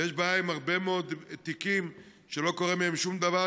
ויש בעיה עם הרבה מאוד תיקים שלא קורה בהם שום דבר.